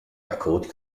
record